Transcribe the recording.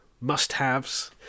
must-haves